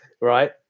right